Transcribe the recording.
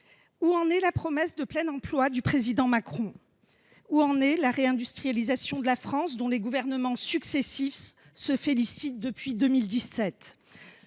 où en est la promesse de plein emploi du président Macron ? Où en est la réindustrialisation de la France, dont les gouvernements successifs se félicitent depuis 2017 ?